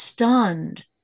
stunned